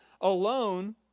alone